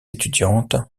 étudiantes